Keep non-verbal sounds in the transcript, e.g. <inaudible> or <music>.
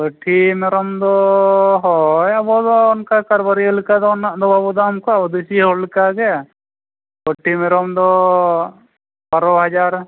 ᱯᱟᱹᱴᱷᱤ ᱢᱮᱨᱚᱢ ᱫᱚ ᱦᱳᱭ ᱟᱵᱚ ᱫᱚ ᱚᱱᱠᱟ ᱠᱟᱨᱵᱟᱹᱨᱭᱟᱹ ᱞᱮᱠᱟᱫᱚ ᱩᱱᱟᱹᱜ ᱫᱚ ᱵᱟᱵᱚ ᱫᱟᱢ ᱠᱚᱣᱟ <unintelligible> ᱦᱚᱲ ᱞᱮᱠᱟᱜᱮ ᱯᱟᱹᱴᱷᱤ ᱢᱮᱨᱚᱢ ᱫᱚ ᱵᱟᱨᱚ ᱦᱟᱡᱟᱨ